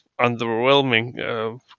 underwhelming